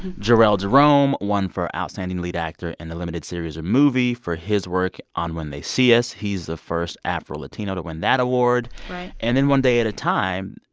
jharrel jerome won for outstanding lead actor in the limited series of movie for his work on when they see us. he's the first afro-latino to win that award right and then one day at a time,